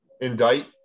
indict